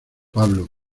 pablo